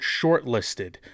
shortlisted